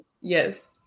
yes